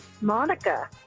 Monica